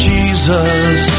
Jesus